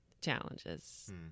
challenges